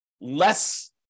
less